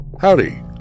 Howdy